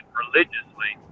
religiously